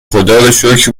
خداروشکر